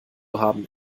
haben